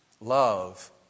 love